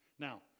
Now